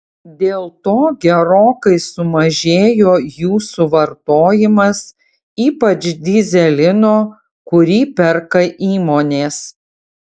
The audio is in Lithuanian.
dėl to gerokai sumažėjo jų suvartojimas ypač dyzelino kurį perka įmonės